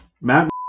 Matt